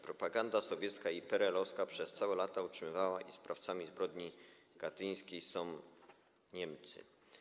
Propaganda sowiecka i peerelowska przez całe lata utrzymywała, iż sprawcami zbrodni katyńskiej są Niemcy.